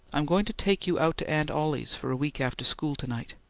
i'm going to take you out to aunt ollie's for a week after school to-night.